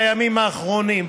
בימים האחרונים,